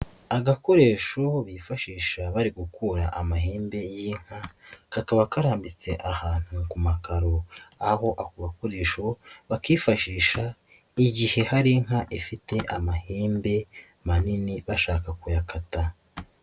Agakoresho bifashisha bari gukura amahembe y'inka, kakaba karambitse ahantu ku makaro, aho ako gakoresho bakifashisha igihe hari inka ifite amahembe manini bashaka kuyayakata.